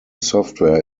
software